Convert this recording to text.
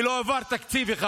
כי לא הועבר תקציב.